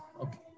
Okay